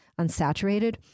unsaturated